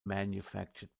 manufactured